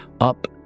up